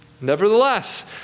Nevertheless